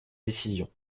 décision